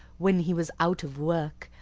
when he was out of work,